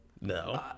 No